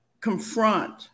confront